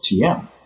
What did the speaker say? tm